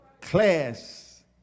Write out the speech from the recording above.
Class